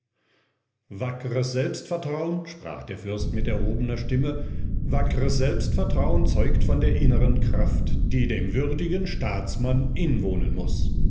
wackres selbstvertrauen sprach der fürst mit erhobener stimme wackres selbstvertrauen zeugt von der innern kraft die dem würdigen staatsmann inwohnen muß